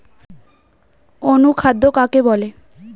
অনুখাদ্য কাকে বলে?